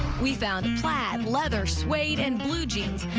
we found plaid, leather, suede, and blue jeans.